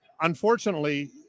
unfortunately –